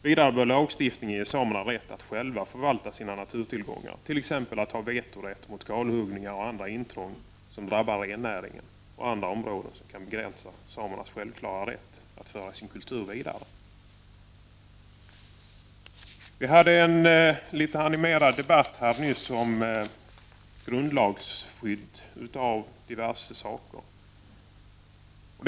Vidare bör lagstiftningen ge samerna rätt att själva förvalta sina naturtillgångar, t.ex. bör de ha vetorätt mot kalhuggning och andra intrång som drabbar rennäringen och andra områden och som kan begränsa samernas självklara rätt att föra sin kultur vidare. Vi hade nyss en litet animerad debatt om grundlagsskydd på diverse områden.